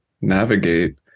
navigate